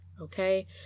okay